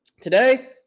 Today